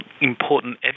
important